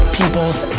people's